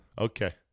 Okay